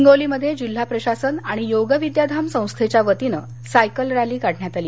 हिंगोलीमध्ये जिल्हा प्रशासन आणि योगविद्या धाम संस्थेच्या वतीनं सायकल रॅली काढण्यात आली